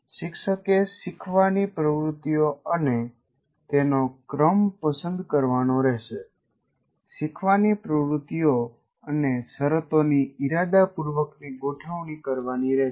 શિક્ષકે શીખવાની પ્રવૃત્તિઓ અને તેનો ક્રમ પસંદ કરવાનો રહેશે શીખવાની પ્રવૃત્તિઓ અને શરતોની ઇરાદાપૂર્વકની ગોઠવણી કરવાની રહેશે